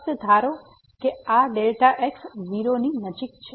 ફક્ત ધારો કે આ Δ x 0 ની નજીક છે